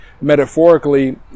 metaphorically